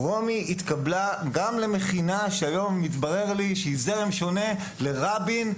רומי התקבלה גם למכינה שהיום התברר לי שהיא זרם שונה לרבין,